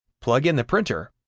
plug in the printer,